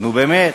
נו באמת.